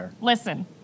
Listen